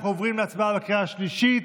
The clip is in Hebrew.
אנחנו עוברים להצבעה בקריאה השלישית.